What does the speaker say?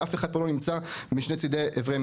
ואף אחד פה לא נמצא משני צדי המתרס.